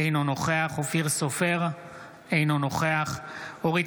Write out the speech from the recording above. אינו נוכח אופיר סופר,